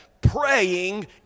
praying